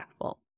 impactful